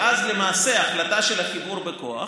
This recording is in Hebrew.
ואז למעשה החלטה של חיבור בכוח